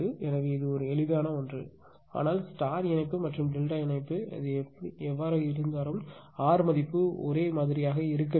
எனவே இது எளிதான ஒன்று ஆனால் நட்சத்திர இணைப்பு மற்றும் டெல்டா இணைப்பு அது என்னவாக இருந்தாலும் R ஒரே மாதிரியாக இருக்க வேண்டும்